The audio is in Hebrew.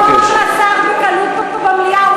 הוא לא, פה במליאה.